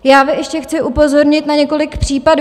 Já ještě chci upozornit na několik případů.